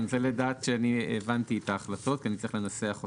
אני רוצה לדעת שאני הבנתי את ההחלטות כי אני צריך לנסח אותן.